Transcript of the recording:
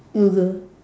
google